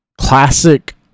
Classic